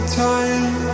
time